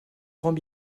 grands